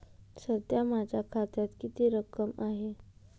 सध्या माझ्या खात्यात किती रक्कम आहे?